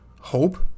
hope